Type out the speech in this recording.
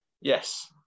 Yes